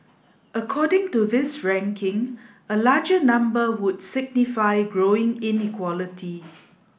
according to this ranking a larger number would signify growing inequality